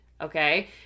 Okay